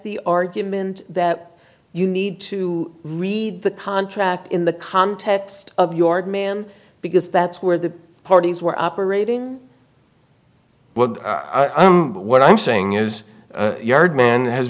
the argument that you need to read the contract in the context of your demand because that's where the parties were operating i'm what i'm saying is yard man has